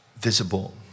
visible